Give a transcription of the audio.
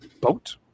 Boat